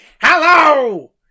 Hello